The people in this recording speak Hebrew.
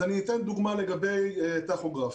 אני אתן דוגמה לגבי טכוגרף.